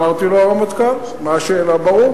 אמרתי לו: הרמטכ"ל, מה השאלה, ברור.